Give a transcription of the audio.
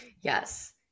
Yes